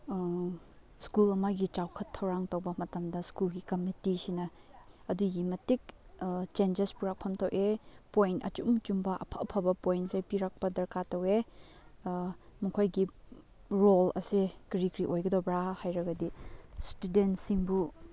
school ꯑꯃꯒꯤ ꯆꯥꯎꯈꯠ ꯊꯧꯔꯥꯡ ꯇꯧꯕ ꯃꯇꯝꯗ ꯁ꯭ꯀꯨꯜꯒꯤ ꯀꯃꯤꯇꯤꯁꯤꯅ ꯑꯗꯨꯛꯀꯤ ꯃꯇꯤꯛ ꯆꯦꯟꯖꯦꯁ ꯄꯨꯔꯛꯐꯝ ꯊꯣꯛꯑꯦ ꯄꯣꯏꯟ ꯑꯆꯨꯝ ꯑꯆꯨꯝꯕ ꯑꯐ ꯑꯐꯕ ꯄꯣꯏꯟꯁꯦ ꯄꯤꯔꯛꯄ ꯗꯔꯀꯥꯔ ꯇꯧꯋꯦ ꯃꯈꯣꯏꯒꯤ ꯔꯣꯜ ꯑꯁꯦ ꯀꯔꯤ ꯀꯔꯤ ꯑꯣꯏꯒꯗꯧꯕ꯭ꯔꯥ ꯍꯥꯏꯔꯒꯗꯤ ꯏꯁꯇꯨꯗꯦꯟꯁꯤꯡꯕꯨ